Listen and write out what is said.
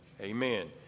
Amen